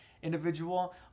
individual